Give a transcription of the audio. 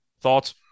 Thoughts